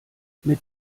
mit